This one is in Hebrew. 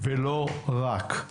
ולא רק.